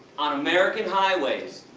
on american highways,